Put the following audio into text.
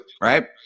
right